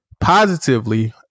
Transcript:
positively